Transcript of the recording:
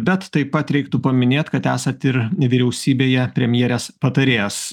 bet taip pat reiktų paminėt kad esat ir vyriausybėje premjerės patarėjas